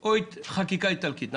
או לפי החקיקה האיטלקית.